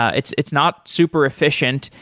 ah it's it's not superefficient.